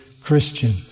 Christian